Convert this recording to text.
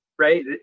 right